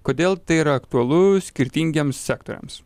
kodėl tai yra aktualu skirtingiems sektoriams